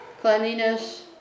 cleanliness